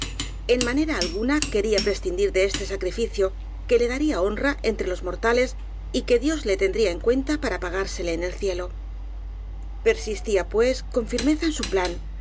en manera alguna quería prescindir de este sacrificio que le daría honra entre los morta les y que dios le tendría en cuenta para pagársele en el cielo persistía pues con firmeza en su plan